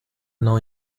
know